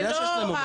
זה לא ככה,